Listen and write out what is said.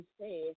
say